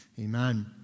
Amen